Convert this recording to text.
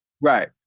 Right